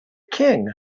king